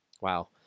Wow